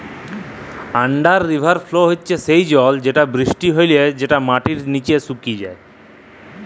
under river flow হচ্যে সেই জল যেটা বৃষ্টি হলে যেটা মাটির নিচে সুকে যায়